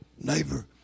Neighbor